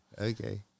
Okay